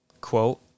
quote